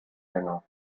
länger